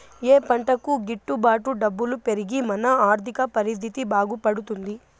ఏ పంటకు గిట్టు బాటు డబ్బులు పెరిగి మన ఆర్థిక పరిస్థితి బాగుపడుతుంది?